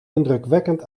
indrukwekkend